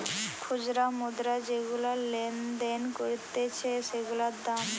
খুচরা মুদ্রা যেগুলা লেনদেন করতিছে সেগুলার দাম